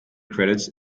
credits